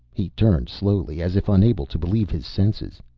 he turned slowly, as if unable to believe his senses.